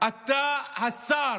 אתה השר,